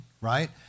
right